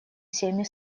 всеми